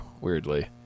weirdly